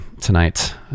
tonight